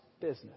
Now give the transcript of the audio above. business